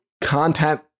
content